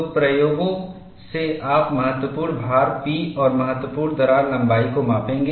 तो प्रयोग से आप महत्वपूर्ण भार P और महत्वपूर्ण दरार लंबाई को मापेंगे